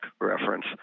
reference